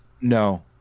No